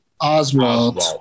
Oswald